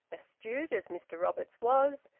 astute as mr roberts was,